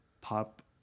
pop